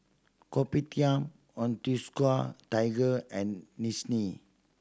Kopitiam Onitsuka Tiger and